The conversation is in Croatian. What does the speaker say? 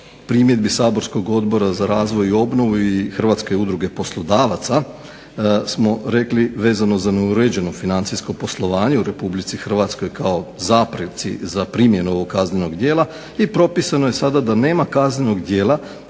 primjedbi saborskog Odbora za razvoj i obnovu i Hrvatske udruge poslodavaca smo rekli vezano za neuređenu financijsko poslovanje u RH kao zapreci za primjenu ovog kaznenog djela. I propisano je sada da nema kaznenog djela